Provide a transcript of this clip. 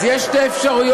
אז יש שתי אפשרויות,